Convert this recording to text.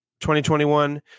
2021